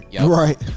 right